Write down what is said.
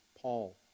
Paul